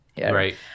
Right